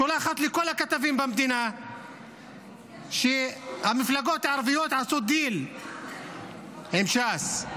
שולחת לכל הכתבים במדינה שהמפלגות הערביות עשו דיל עם ש"ס,